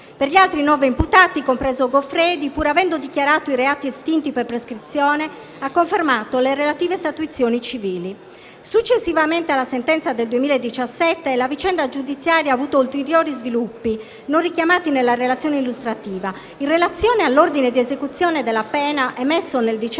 Per gli altri nove imputati, compreso Goffredi, pur avendo dichiarato i reati estinti per prescrizione, ha confermato le relative statuizioni civili. Successivamente alla sentenza del 2017, la vicenda giudiziaria ha avuto ulteriori sviluppi (non richiamati nella relazione illustrativa). In relazione all'ordine di esecuzione della pena, emesso nel